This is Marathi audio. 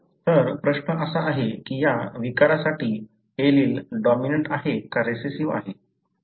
तर प्रश्न असा आहे की या विकारासाठी एलील डॉमिनंट आहे का रिसेसिव्ह आहे